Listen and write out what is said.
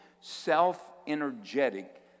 self-energetic